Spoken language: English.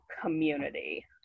community